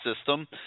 system